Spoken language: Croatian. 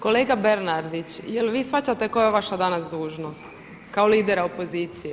Kolega Bernardić, je li vi shvaćate koja je vaša danas dužnost, kao lidera opozicije?